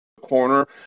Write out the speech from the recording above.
corner